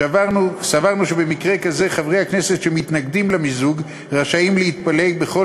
סברנו שבמקרה כזה חברי הכנסת שמתנגדים למיזוג רשאים להתפלג בכל